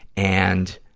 and,